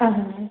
اہن حظ